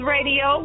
Radio